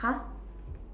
!huh!